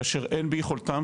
כאשר אין ביכולתם,